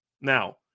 Now